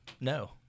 no